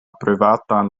privatan